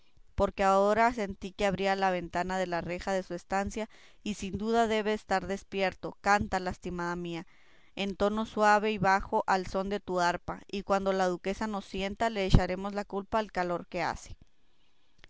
porque ahora sentí que abría la ventana de la reja de su estancia y sin duda debe de estar despierto canta lastimada mía en tono bajo y suave al son de tu arpa y cuando la duquesa nos sienta le echaremos la culpa al calor que hace